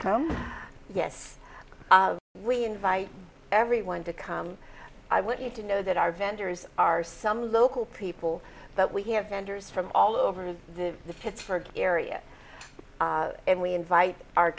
come yes we invite everyone to come i want you to know that our vendors are some local people but we have vendors from all over the pittsburgh area and we invite our